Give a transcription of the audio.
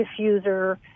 diffuser